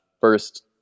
first